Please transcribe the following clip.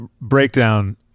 breakdown